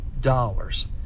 dollars